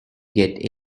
get